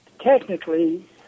technically